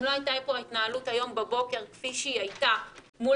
אם לא הייתה פה ההתנהלות היום בבוקר כפי שהיא הייתה מול